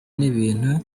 n’ibintu